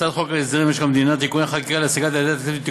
הצעת חוק הסדרים במשק המדינה (תיקוני חקיקה להשגת יעדי התקציב) (תיקון,